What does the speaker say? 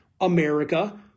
America